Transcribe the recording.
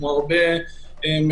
כמו הרבה מהאולמות,